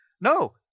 no